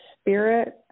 spirit